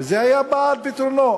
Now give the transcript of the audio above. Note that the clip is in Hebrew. וזה היה בא על פתרונו.